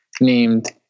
named